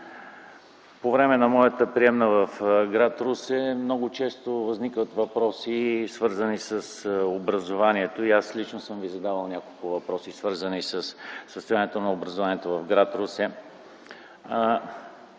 По време на моята приемна в гр. Русе много често възникват въпроси, свързани с образованието и аз лично съм Ви задавал няколко въпроса, свързани със състоянието на образованието в гр. Русе.